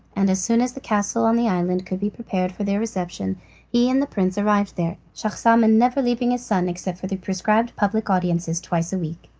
and as soon as the castle on the island could be prepared for their reception he and the prince arrived there, schahzaman never leaving his son except for the prescribed public audiences twice a week.